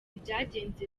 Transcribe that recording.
byagenze